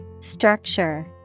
Structure